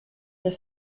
der